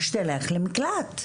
שתלך למקלט.